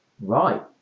Right